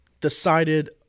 decided